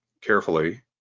carefully